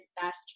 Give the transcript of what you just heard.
best